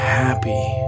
happy